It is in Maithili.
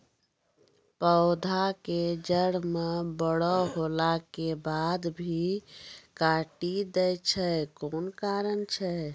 पौधा के जड़ म बड़ो होला के बाद भी काटी दै छै कोन कारण छै?